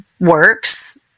works